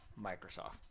Microsoft